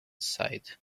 sight